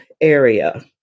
area